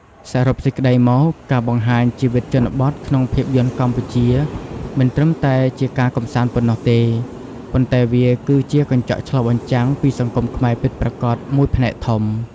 សរុបសេចក្ដីមក ការបង្ហាញជីវិតជនបទក្នុងភាពយន្តកម្ពុជា មិនត្រឹមតែជាការកម្សាន្តប៉ុណ្ណោះទេ ប៉ុន្តែវាគឺជា កញ្ចក់ឆ្លុះបញ្ចាំងពីសង្គមខ្មែរពិតប្រាកដ មួយផ្នែកធំ។